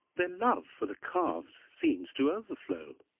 their love for the calves seems to overflow.